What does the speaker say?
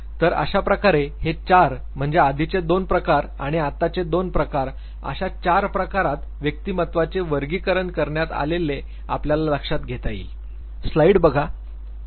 तर अशाप्रकारे हे चार म्हणजे आधीचे दोन प्रकार आणि आताचे दोन प्रकार अशा चार प्रकारात व्यक्तिमत्त्वाचे वर्गीकरण करण्यात आलेले आपल्याला लक्षात घेता येईल